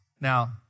Now